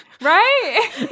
right